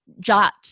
jot